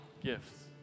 gifts